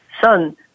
son